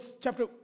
Chapter